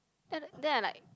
then then I like